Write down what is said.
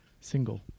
single